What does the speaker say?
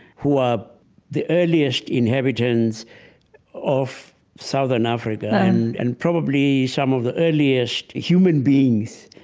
who are the earliest inhabitants of southern africa um and probably some of the earliest human beings.